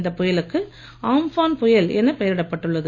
இந்த புயலுக்கு ஆம்ஃபான் புயல் என பெயரிடப்பட்டுள்ளது